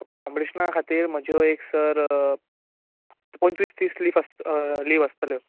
कोम्पटिशना खातीर म्हज्यो एक सर पंचवीस तीस लीव आसतल्यो